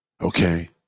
Okay